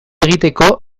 egiteko